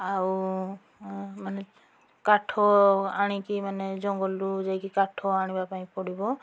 ଆଉ ମାନେ କାଠ ଆଣିକି ମାନେ ଜଙ୍ଗଲରୁ ଯାଇକି କାଠ ଆଣିବା ପାଇଁ ପଡ଼ିବ